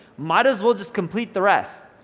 might as well just complete the rest.